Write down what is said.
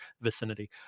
vicinity